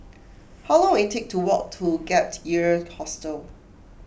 how long will it take to walk to Gap Year Hostel